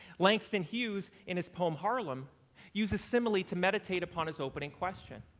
langston hughes in his poem harlem uses simile to meditate upon his opening question.